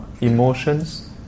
emotions